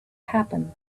happen